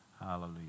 Hallelujah